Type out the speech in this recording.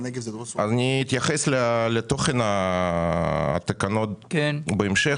אני אתייחס לתוכן התקנות בהמשך,